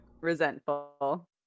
Resentful